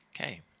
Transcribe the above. Okay